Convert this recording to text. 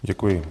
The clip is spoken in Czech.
Děkuji.